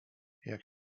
jak